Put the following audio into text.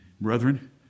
brethren